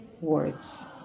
words